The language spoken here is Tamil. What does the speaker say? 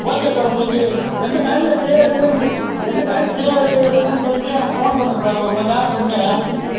ஓகே சார் உங்களுக்கு எந்த டைம்மில் ஃப்ரீயாக இருக்குதுன்னு எந்த டைம் ஃப்ரீ இருங்கன்னு சொல்லிவிட்டு எனக்கு ஃபோன் பண்ணுங்கள் சார் ஒருமண் நேரத்துக்கு முன்னே